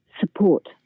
support